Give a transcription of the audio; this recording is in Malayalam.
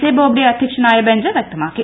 എ ബോംബ്ഡെ അധ്യക്ഷനായ ബഞ്ച് വ്യക്തമാക്കി